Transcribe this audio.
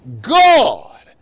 God